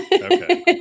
Okay